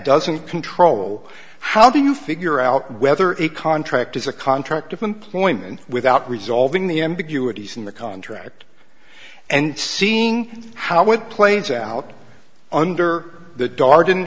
doesn't control how do you figure out whether a contract is a contract of employment without resolving the ambiguities in the contract and seeing how it plays out under the darden